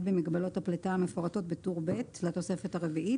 במגבלות הפליטה המפורטות בטור ב' לתוספת הרביעית,